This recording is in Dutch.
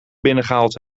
binnengehaald